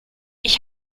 ich